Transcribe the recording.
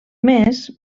més